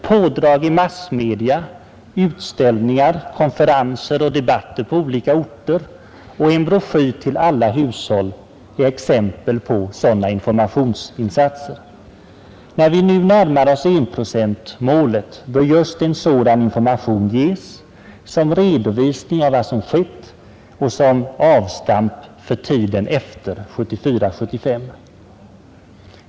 Pådrag i massmedia, utställningar, konferenser och debatter på olika orter, och en broschyr till alla hushåll är exempel på sådana informationsinsatser. När vi nu närmar oss enprocentsmålet bör just en sådan information ges — som redovisning av vad som skett och som avstamp för mål efter 1974/75.